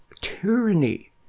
tyranny